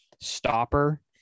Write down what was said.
stopper